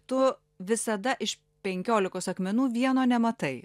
tu visada iš penkiolikos akmenų vieno nematai